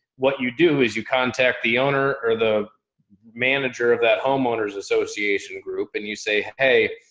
what you do is you contact the owner or the manager of that homeowners association group and you say, hey,